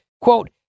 quote